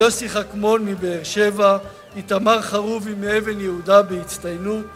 יוסי חכמון מבאר שבע, איתמר חרובי מאבן יהודה, בהצטיינות